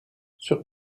sur